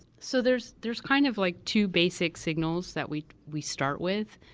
so there's there's kind of like two basic signals that we we start with.